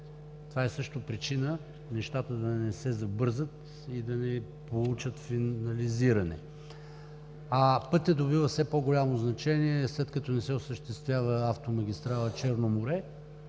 това също е причина нещата да не се забързат и да не получат финализиране. Пътят добива все по-голямо значение, след като не се осъществява автомагистрала „Черно море“.